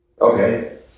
Okay